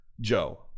Joe